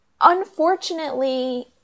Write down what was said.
Unfortunately